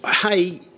hey